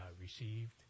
received